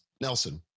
Nelson